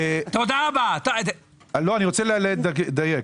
אני רוצה לדייק.